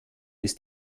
ist